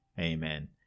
amen